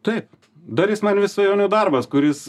taip dalis man vis svajonių darbas kuris